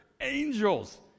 angels